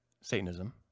Satanism